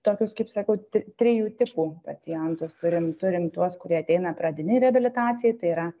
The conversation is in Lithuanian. tokius kaip sakau t trijų tipų pacientus turim turim tuos kurie ateina pradinei reabilitacijai tai yra